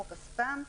חוק הספאם.